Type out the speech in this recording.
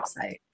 website